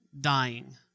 dying